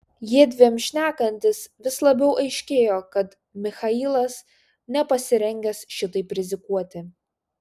jiedviem šnekantis vis labiau aiškėjo kad michailas nepasirengęs šitaip rizikuoti